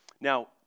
Now